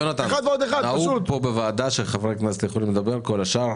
חברי הכנסת, יש עוד שאלות לרשות המיסים?